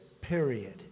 period